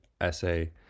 essay